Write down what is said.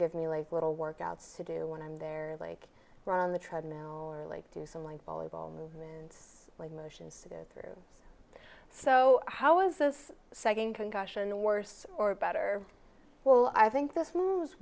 give me a little workouts to do when i'm there like run on the treadmill or like do some like volleyball movements like motions through so how was this second concussion worse or better well i think this